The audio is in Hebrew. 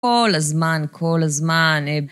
כל הזמן, כל הזמן.